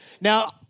Now